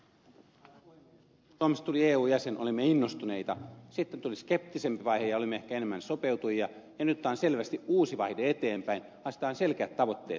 kun suomesta tuli eun jäsen olimme innostuneita sitten tuli skeptisempi vaihe ja olimme ehkä enemmän sopeutujia ja nyt otetaan selvästi uusi vaihde eteenpäin asetetaan selkeät tavoitteet